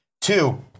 Two